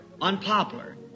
unpopular